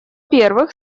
первых